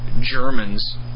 Germans